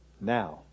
now